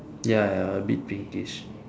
ya ya a bit pinkish